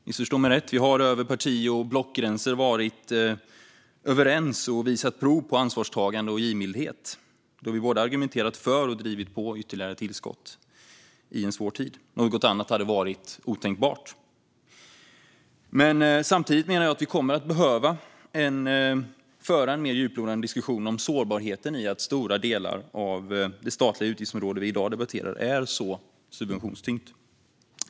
Missförstå mig rätt - vi har över parti och blockgränser varit överens och visat prov på ansvarstagande och givmildhet då vi både argumenterat för och drivit på ytterligare tillskott i en svår tid. Något annat hade varit otänkbart. Samtidigt menar jag att vi kommer att behöva föra en mer djuplodande diskussion om sårbarheten i att stora delar av det statliga utgiftsområde vi i dag debatterar är så subventionstyngt.